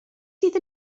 sydd